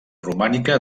romànica